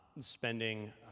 spending